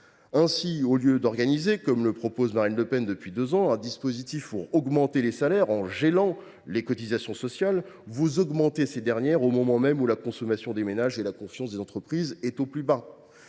Las ! au lieu d’organiser, comme le propose Marine Le Pen depuis deux ans, un dispositif d’augmentation des salaires par le gel des cotisations sociales, vous augmentez ces dernières, au moment même où la consommation des ménages et la confiance des entreprises sont au plus bas.